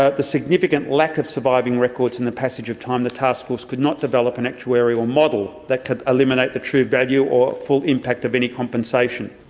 ah the significant lack of surviving records and the passage of time, the taskforce could not develop an actuarial model that could illuminate the true value or full impact of any compensation.